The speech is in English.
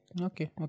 okay